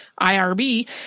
IRB